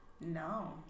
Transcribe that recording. No